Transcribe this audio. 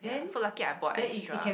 ya so lucky I brought extra